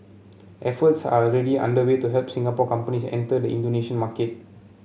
efforts are already underway to help Singapore companies enter the Indonesia market